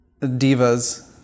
divas